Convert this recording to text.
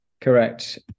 Correct